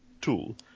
tool